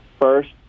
first